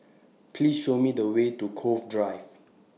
Please Show Me The Way to Cove Drive